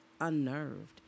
unnerved